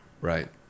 Right